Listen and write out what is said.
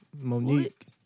Monique